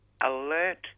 alert